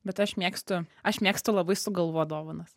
bet aš mėgstu aš mėgstu labai sugalvot dovanas